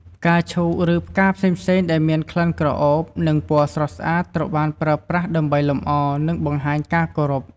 ផ្កាឈូក ឬផ្កាផ្សេងៗដែលមានក្លិនក្រអូប និងពណ៌ស្រស់ស្អាតត្រូវបានប្រើប្រាស់ដើម្បីលម្អ និងបង្ហាញការគោរព។